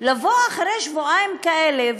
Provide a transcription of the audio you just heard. לבוא אחרי שבועיים כאלה,